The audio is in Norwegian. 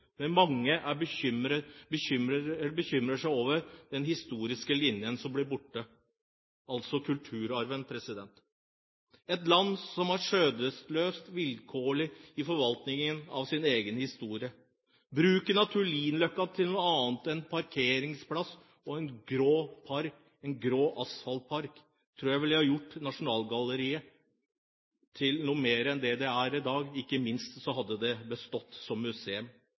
men mange bekymrer seg over den historiske linjen som ble borte, altså kulturarven, og over et land som er skjødesløst vilkårlig i forvaltningen av egen historie. Jeg tror at bruk av Tullinløkka til noe annet enn en parkeringsplass og en grå asfaltpark ville gjort Nasjonalgalleriet til noe mer enn det det er i dag. Ikke minst ville det bestått som museum.